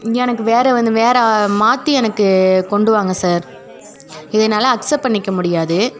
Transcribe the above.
இங்கே எனக்கு வேறு வந்து வேறு மாற்றி எனக்கு கொண்டு வாங்க சார் இதை என்னால் அக்செப்ட் பண்ணிக்க முடியாது